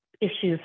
issues